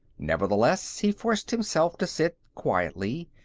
nevertheless, he forced himself to sit quietly,